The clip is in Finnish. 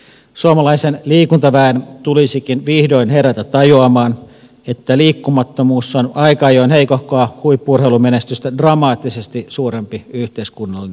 suomalaisen liikunta väen tulisikin vihdoin herätä tajuamaan että liikkumattomuus on aika ajoin heikohkoa huippu urheilumenestystä dramaattisesti suurempi yhteiskunnallinen kysymys